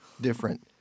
different